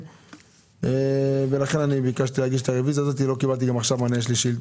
אני צריך שזה יהיה מונח בפני.